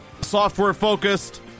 software-focused